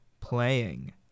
playing